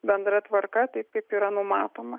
bendra tvarka tai kaip yra numatoma